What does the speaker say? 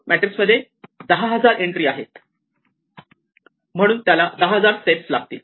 matrix मध्ये 10000 entry आहेत म्हणून त्याला 10000 स्टेप लागतील